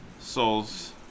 Souls